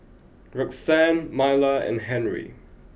Roxann Myla and Henry